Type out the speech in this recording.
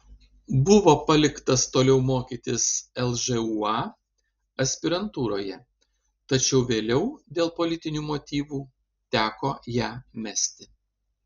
buvo paliktas toliau mokytis lžūa aspirantūroje tačiau vėliau dėl politinių motyvų teko ją mesti